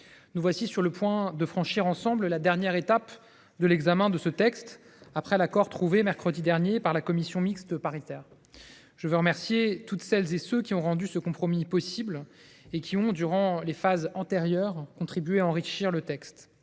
nous voici sur le point de franchir ensemble la dernière étape de l’examen de ce texte, après l’accord trouvé mercredi dernier par la commission mixte paritaire. Je veux remercier toutes celles et tous ceux qui ont rendu ce compromis possible et qui, durant les phases antérieures, ont contribué à enrichir le texte.